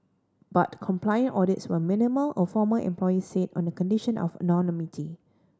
but compliance audits were minimal a former employee said on the condition of anonymity